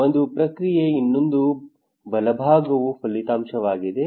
ಒಂದು ಪ್ರಕ್ರಿಯೆ ಇನ್ನೊಂದು ಬಲಭಾಗವು ಫಲಿತಾಂಶವಾಗಿದೆ